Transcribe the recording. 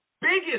biggest